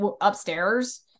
upstairs